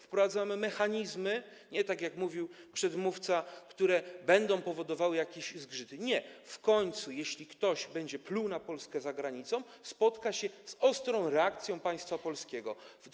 Wprowadzamy mechanizmy, nie tak jak mówił przedmówca, które będą powodowały jakieś zgrzyty, nie, w końcu jeśli ktoś będzie pluł na Polskę za granicą, spotka się z ostrą reakcją państwa polskiego.